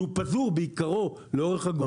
שהוא פזור בעיקרו לאורך הגבול.